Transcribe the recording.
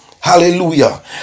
Hallelujah